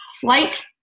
flight